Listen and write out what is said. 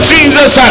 Jesus